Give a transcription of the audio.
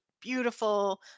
beautiful